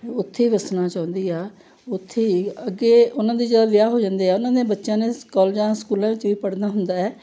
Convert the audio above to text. ਉੱਥੇ ਵੱਸਣਾ ਚਾਹੁੰਦੀ ਆ ਉੱਥੇ ਹੀ ਅੱਗੇ ਉਹਨਾਂ ਦੇ ਜਦੋਂ ਵਿਆਹ ਹੋ ਜਾਂਦੇ ਆ ਉਹਨਾਂ ਦੇ ਬੱਚਿਆਂ ਨੇ ਕਾਲਜਾਂ ਸਕੂਲਾਂ ਵਿੱਚ ਵੀ ਪੜ੍ਹਨਾ ਹੁੰਦਾ ਹੈ